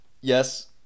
yes